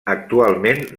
actualment